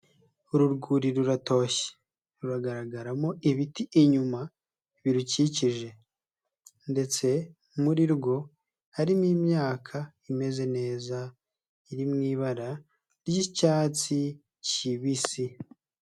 Uru rwuri ruratoshye, ruragaragaramo ibiti inyuma birukikije ndetse muri rwo harimo imyaka imeze neza, iri mu ibara ry'icyatsi kibisi.